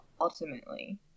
ultimately